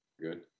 Good